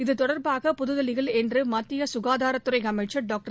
இத்தொடர்பாக புத்தில்லியில் இன்று மத்திய க்காதாரத்துறை அமைச்சர் டாங்டர்